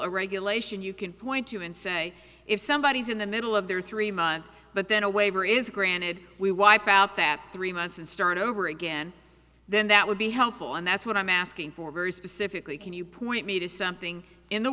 or regulation you can point to and say if somebody is in the middle of their three month but then a waiver is granted we wipe out that three months and start over again then that would be helpful and that's what i'm asking for very specifically can you point me to